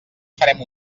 farem